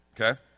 Okay